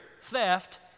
theft